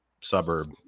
suburb